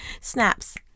Snaps